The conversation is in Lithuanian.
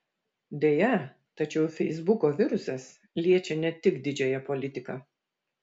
deja tačiau feisbuko virusas liečia ne tik didžiąją politiką